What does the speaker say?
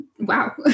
wow